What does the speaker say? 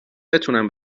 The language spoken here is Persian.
بتونم